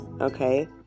okay